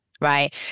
right